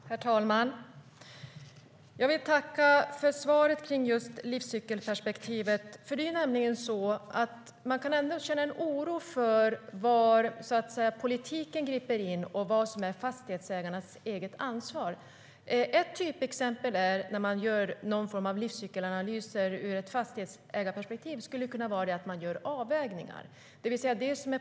Herr talman! Jag vill tacka för svaret om livscykelperspektivet. Man kan nämligen känna en oro för var politiken griper in och vad som är fastighetsägarnas eget ansvar. Ett typexempel när man gör någon form av livscykelanalyser ur ett fastighetsägarperspektiv skulle kunna vara att man gör avvägningar.